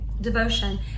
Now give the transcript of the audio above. devotion